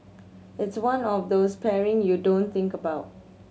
it's one of those pairings you don't think about